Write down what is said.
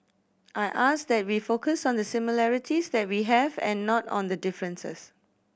I ask that we focus on the similarities that we have and not on the differences